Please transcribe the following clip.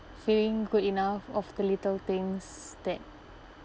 feeling good enough of the little things that